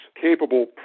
capable